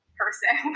person